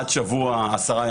עד שבוע, עשרה ימים.